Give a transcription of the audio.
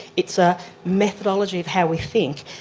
it's a methodology of how we think.